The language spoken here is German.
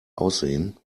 aussehen